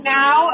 now